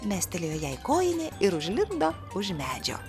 mestelėjo jai kojinė ir užlindo už medžio